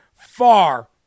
far